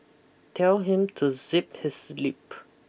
tell him to zip his lip